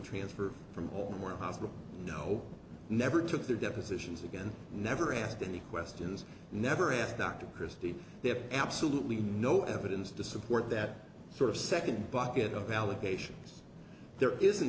hospital no never took their depositions again never asked any questions never asked dr christine they have absolutely no evidence to support that sort of second bucket of allegations there isn't